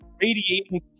radiating